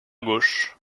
gauche